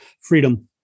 Freedom